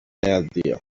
negativa